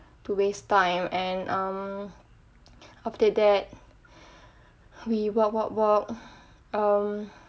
to waste time and um after that we walk walk walk um